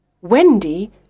Wendy